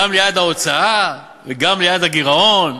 גם ליעד ההוצאה וגם ליעד הגירעון?